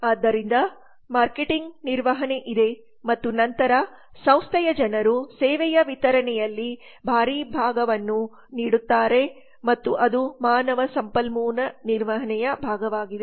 ಆದ್ದರಿಂದ ಮಾರ್ಕೆಟಿಂಗ್ ನಿರ್ವಹಣೆ ಇದೆ ಮತ್ತು ನಂತರ ಸಂಸ್ಥೆಯ ಜನರು ಸೇವೆಯ ವಿತರಣೆಯಲ್ಲಿ ಭಾರಿ ಭಾಗವನ್ನು ನೀಡುತ್ತಾರೆ ಮತ್ತು ಅದು ಮಾನವ ಸಂಪನ್ಮೂಲ ನಿರ್ವಹಣೆಯ ಭಾಗವಾಗಿದೆ